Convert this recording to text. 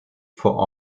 for